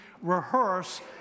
rehearse